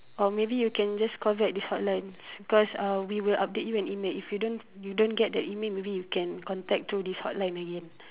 or maybe you can just call back this hotline because um we will update you an email if you don't you don't get that email maybe you can contact through this hotline again